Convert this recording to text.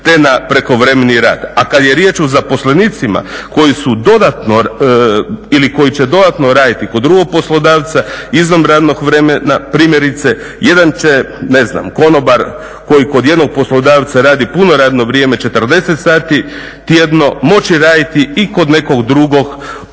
te na prekovremeni rad. A kad je riječ o zaposlenicima koji su dodatno ili koji će dodatno raditi kod drugog poslodavca izvan radnog vremena primjerice jedan će ne znam konobar koji kod jednog poslodavca radi puno radno vrijeme 40 sati tjedno moći raditi i kod nekog drugog osam